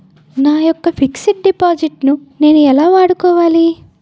నా యెక్క fixed deposit ను నేను ఎలా వాడుకోవాలి?